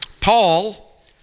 Paul